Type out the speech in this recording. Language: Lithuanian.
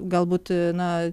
galbūt na